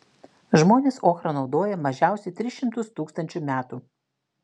žmonės ochrą naudoja mažiausiai tris šimtus tūkstančių metų